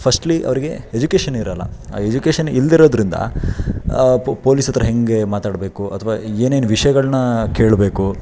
firstly ಅವರಿಗೆ education ಇರೋಲ್ಲ ಆ ಎಜುಕೇಷನ್ ಇಲ್ಲದಿರೋದ್ರಿಂದ ಪೊ ಪೊಲೀಸ್ ಹತ್ತಿರ ಹೇಗೆ ಮಾತಾಡಬೇಕು ಅಥ್ವಾ ಏನೇನು ವಿಷಯಗಳನ್ನ ಕೇಳಬೇಕು